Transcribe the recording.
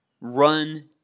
Run